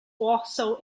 also